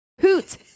Hoot